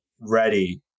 ready